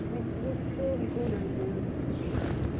which looks so good on you